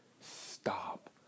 Stop